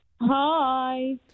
Hi